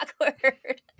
awkward